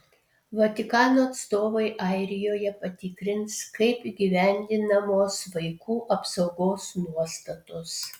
vatikano atstovai airijoje patikrins kaip įgyvendinamos vaikų apsaugos nuostatos